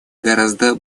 гораздо